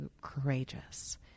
courageous